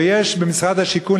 ויש במשרד השיכון,